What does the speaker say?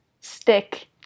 stick